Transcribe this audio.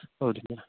ಹೌದು